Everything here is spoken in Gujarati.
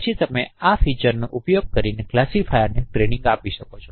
પછી તમે આ ફીચરનો ઉપયોગ કરીને ક્લાસિફાયરને ટ્રેનિંગ આપો છો